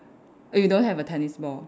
you don't have a tennis ball